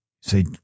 Say